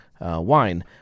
Wine